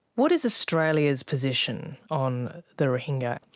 what is australia's position on the rohingya?